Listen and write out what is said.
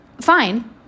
fine